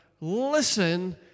listen